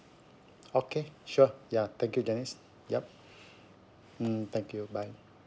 okay sure ya thank you janice yup mm thank you bye